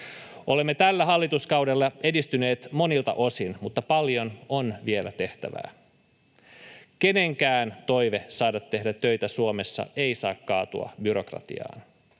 Olemme tällä hallituskaudella edistyneet monilta osin, mutta paljon on vielä tehtävää. Kenenkään toive saada tehdä töitä Suomessa ei saa kaatua byrokratiaan.